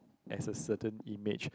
as a certain image